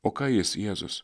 o ką jis jėzus